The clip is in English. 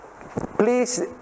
please